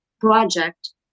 project